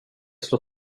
slå